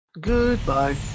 Goodbye